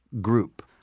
group